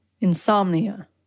insomnia